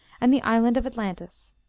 and the island of atlantis.